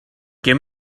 give